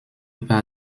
par